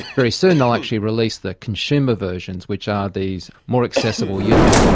very soon they will actually release the consumer versions which are these more accessible units.